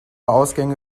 ausgänge